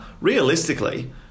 realistically